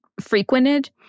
frequented